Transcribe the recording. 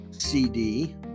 CD